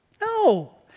No